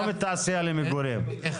מתעשייה למגורים, חבר הכנסת רון.